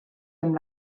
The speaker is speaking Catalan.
amb